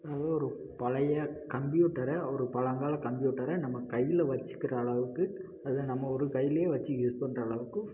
ஒரு பழைய கம்ப்யூட்டரை ஒரு பழங்கால கம்ப்யூட்டரை நம்ம கையில் வெச்சுக்கிற அளவுக்கு அது நம்ம ஒரு கையிலேயே வெச்சு யூஸ் பண்ணுற அளவுக்கு